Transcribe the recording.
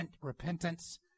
repentance